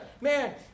man